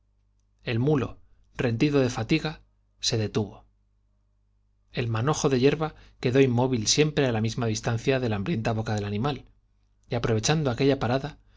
el mulo rendido de fatiga se á la el manojo de hierba quedó inmóvil siempre misma distancia de la hambrienta boca del animal y el borrico del prado se aprovechando aquella parada